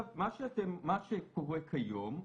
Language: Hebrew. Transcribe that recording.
מה שקורה כיום,